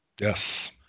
Yes